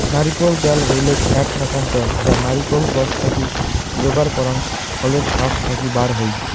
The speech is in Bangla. নারিকোল ত্যাল হইলেক এ্যাক নাকান ত্যাল যা নারিকোল গছ থাকি যোগার করাং ফলের শাস থাকি বার হই